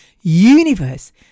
universe